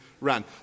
ran